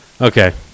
Okay